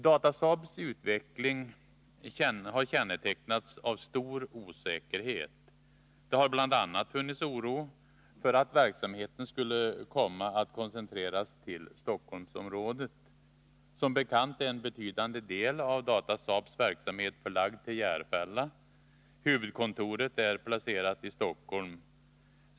Datasaabs utveckling har kännetecknats av stor osäkerhet. Det har bl.a. funnits oro för att verksamheten skulle komma att koncentreras till Stockholmsområdet. Som bekant är en betydande del av Datasaabs verksamhet förlagd till Järfälla. Huvudkontoret är placerat i Stockholm.